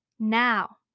Now